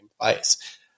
place